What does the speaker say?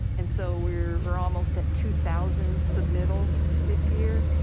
and so we're almost at two thousand submittals this year.